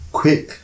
quick